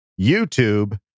YouTube